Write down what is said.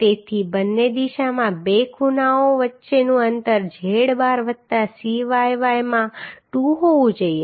તેથી બંને દિશામાં બે ખૂણાઓ વચ્ચેનું અંતર z બાર વત્તા Cyy માં 2 હોવું જોઈએ